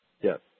Yes